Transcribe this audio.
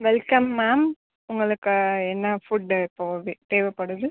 welcome ma'am உங்களுக்கு என்ன food இப்போ வே தேவைப்படுது